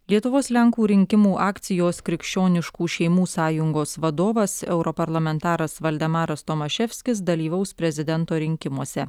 lietuvos lenkų rinkimų akcijos krikščioniškų šeimų sąjungos vadovas europarlamentaras valdemaras tomaševskis dalyvaus prezidento rinkimuose